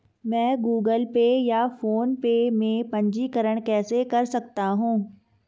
मैं Google Pay या PhonePe में पंजीकरण कैसे कर सकता हूँ?